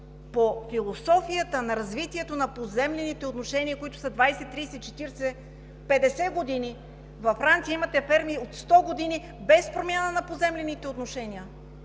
по философията на развитието на поземлените отношения, които са 20, 30, 40, 50 години. Във Франция има ферми от 100 години, без промяна на поземлените отношения.